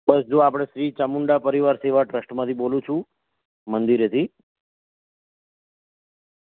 બસ જો આપણે શ્રી ચામુંડા પરિવાર સેવા ટ્રસ્ટમાંથી બોલું છું મંદિરેથી